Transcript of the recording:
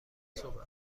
صبح